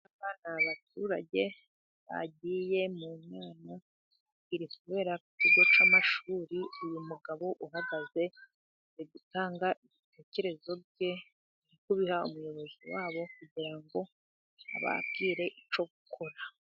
Aba ni abaturage bagiye mu nama ,iri kubera ikigo cy'amashuri .Uyu mugabo uhagaze ari gutanga ibitekerezo bye ari kubiha umuyobozi wabo, kugira ngo ababwire icyo gukora.